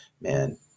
man